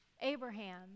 Abraham